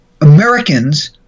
americans